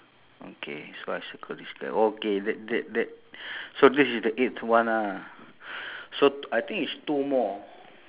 mm ya one o~ only one